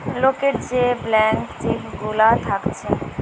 লোকের যে blank cheque গুলা থাকছে